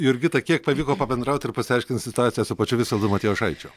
jurgita kiek pavyko pabendraut ir pasiaiškinti situaciją su pačiu visvaldu matijošaičiu